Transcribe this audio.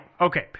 okay